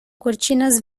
cortinas